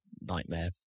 nightmare